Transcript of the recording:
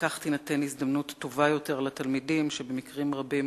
וכך תינתן הזדמנות טובה יותר לתלמידים שבמקרים רבים,